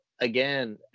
again